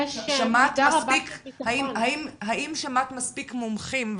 האם שמעת מספיק מומחים,